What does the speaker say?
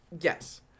Yes